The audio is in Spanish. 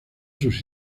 sus